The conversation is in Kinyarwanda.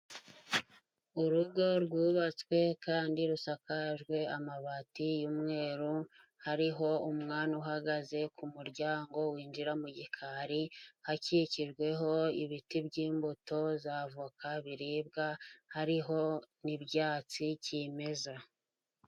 Urugo rwubatswe kandi rusakajwe amabati y'umweru, hariho umwana uhagaze ku muryango winjira mu gikari, hakikijweho ibiti by'imbuto z'avoka biribwa, hariho n'ibyatsi kimeza.